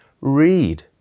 read